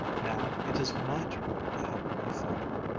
now it is my turn to help my father.